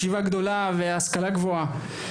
ישיבה גדולה והשכלה גבוהה.